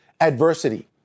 adversity